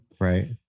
Right